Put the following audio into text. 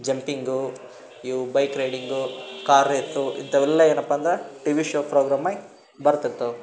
jumping ಇವು bike riding car race ಇಂಥವೆಲ್ಲ ಏನಪ್ಪ ಅಂದ್ರೆ ಟಿವಿ ಶೋ ಫ್ರೋಗ್ರಾಮಾಗಿ ಬರ್ತಿರ್ತಾವೆ